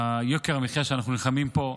ביוקר המחיה שאנחנו נלחמים בו.